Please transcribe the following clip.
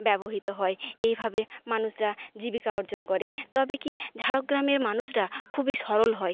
ব্যবহিত হয় এইভাবে মানুষরা জীবিকা অর্জন করে তবে কি ঝাড়গ্রামের মানুষরা খুবই সরল হয়